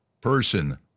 person